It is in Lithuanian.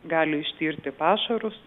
gali ištirti pašarus